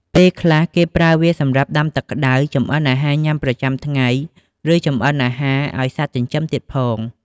ពេលខ្លះ គេប្រើវាសម្រាប់ដាំទឹកក្តៅ ចម្អិនអាហារញ៊ាំប្រចាំថ្ងៃ ឬចម្អិនអាហារឲ្យសត្វចិញ្ចឹមទៀតផង។